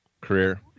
career